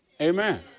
Amen